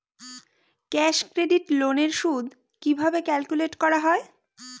Cash credit loan এর সুদ কিভাবে ক্যালকুলেট করা হয়?